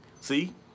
see